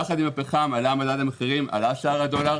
יחד עם הפחם עלה מדד המחירים, עלה שער הדולר.